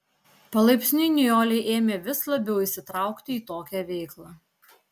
palaipsniui nijolė ėmė vis labiau įsitraukti į tokią veiklą